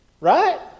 right